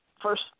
first